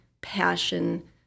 passion